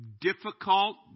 difficult